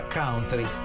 country